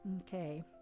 Okay